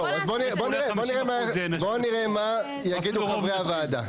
בואו נראה מה יגידו חברי הוועדה.